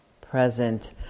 present